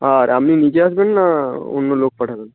আর আপনি নিজে আসবেন না অন্য লোক পাঠাবেন